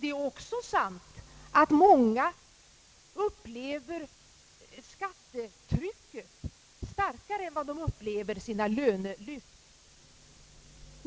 Det är också sant att många upplever skattetrycket starkare än de upplever sina lönelyft.